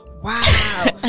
wow